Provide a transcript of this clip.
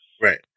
Right